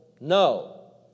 No